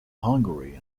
hungary